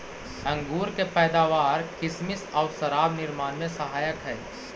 अंगूर के पैदावार किसमिस आउ शराब निर्माण में सहायक हइ